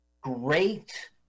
great